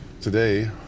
Today